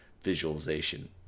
visualization